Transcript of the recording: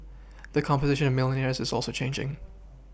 the composition of milLionaires is also changing